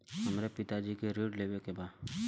हमरे पिता जी के ऋण लेवे के बा?